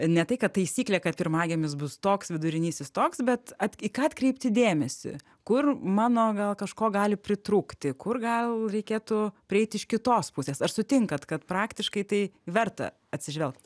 ne tai kad taisyklė kad pirmagimis bus toks vidurinysis toks bet at į ką atkreipti dėmesį kur mano gal kažko gali pritrūkti kur gal reikėtų prieiti iš kitos pusės ar sutinkat kad praktiškai tai verta atsižvelgt